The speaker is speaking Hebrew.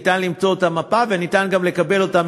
ניתן למצוא את המפה וניתן גם לקבל אותה,